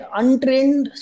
untrained